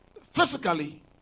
physically